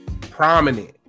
prominent